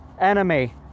enemy